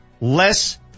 less